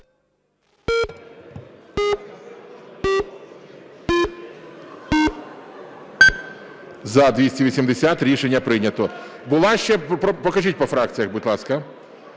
За-280 Рішення прийнято. Покажіть по фракціях, будь ласка.